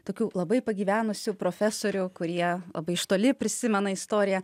tokių labai pagyvenusių profesorių kurie labai iš toli prisimena istoriją